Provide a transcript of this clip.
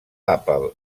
apple